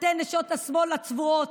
אתן, נשות השמאל הצבועות?